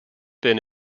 been